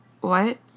What